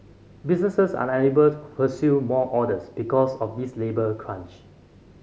businesses are unable to pursue more orders because of this labour crunch